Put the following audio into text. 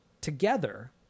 together